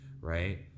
right